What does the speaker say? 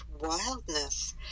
wildness